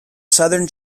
southern